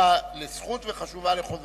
חשובה לזכות וחשובה לחובה.